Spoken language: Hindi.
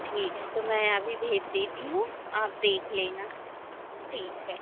ठीक है तो मैं अभी भेज देती हूँ आप देख लेना ठीक है